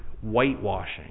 whitewashing